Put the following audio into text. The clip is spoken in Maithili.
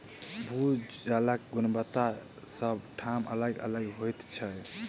भू जलक गुणवत्ता सभ ठाम अलग अलग होइत छै